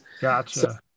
Gotcha